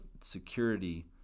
security